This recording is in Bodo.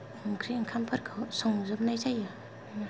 ओंख्रि ओंखामफोरखौ संजोबनाय जायो बेनो